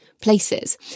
Places